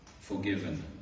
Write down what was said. forgiven